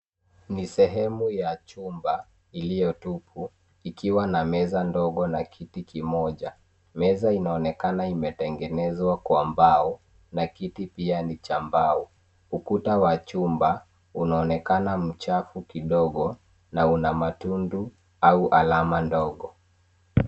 Ni sehemu ya chumba iliyotupu ikiwa na meza ndogo na kiti kimoja. Meza inaonekana imetengenezwa kwa mbao na kiti pia ni cha mbao. kuta wa chumba unaonekana mchafu kidogo na una matundu au alama ndogo.